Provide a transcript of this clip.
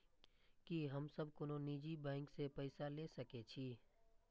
की हम सब कोनो निजी बैंक से पैसा ले सके छी?